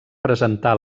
presentà